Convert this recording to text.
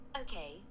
Okay